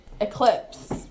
Eclipse